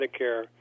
Medicare